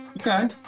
Okay